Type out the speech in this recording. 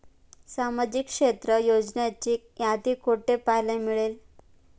सामाजिक क्षेत्र योजनांची यादी कुठे पाहायला मिळेल?